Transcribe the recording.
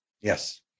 yes